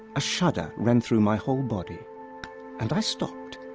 a shudder ran through my whole body and i stopped,